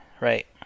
right